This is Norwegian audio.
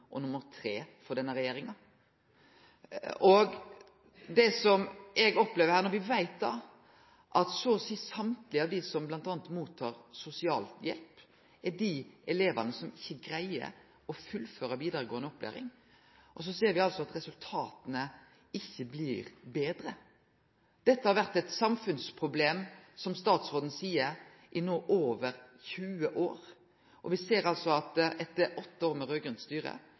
og tre for denne regjeringa. Det eg opplever her, er at trass i at vi veit at så å seie alle dei som bl.a. mottar sosialhjelp, er dei elevane som ikkje greier å fullføre vidaregåande opplæring, så ser me at resultata ikkje blir betre. Dette har, som statsråden seier, vore eit samfunnsproblem i over 20 år, og me ser at etter åtte år med raud-grønt styre